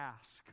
ask